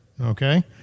okay